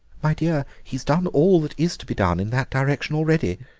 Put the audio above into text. my dear, he's done all that is to be done in that direction already.